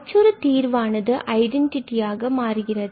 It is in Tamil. மற்றொரு தீர்வானது ஐடென்டிட்டியாக மாறுகிறது